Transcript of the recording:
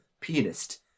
pianist